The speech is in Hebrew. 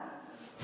והצבעה?